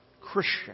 Christian